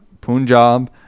Punjab